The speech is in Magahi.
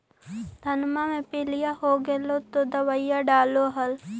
धनमा मे पीलिया हो गेल तो दबैया डालो हल?